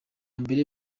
mbere